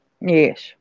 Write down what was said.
Yes